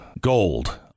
gold